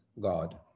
God